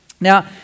Now